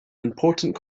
important